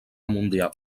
mundial